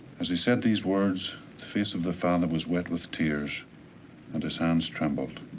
as he said these words, the face of the father was wet with tears and his hands trembled.